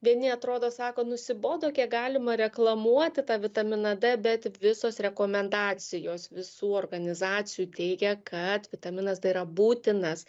vieni atrodo sako nusibodo kiek galima reklamuoti tą vitaminą d bet visos rekomendacijos visų organizacijų teigia kad vitaminas d yra būtinas